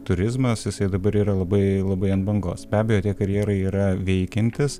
turizmas jisai dabar yra labai labai ant bangos be abejo tie karjerai yra veikiantys